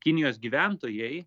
kinijos gyventojai